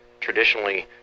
traditionally